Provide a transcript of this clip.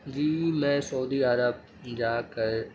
جی میں سعودی عرب جا کر